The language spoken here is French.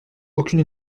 aucune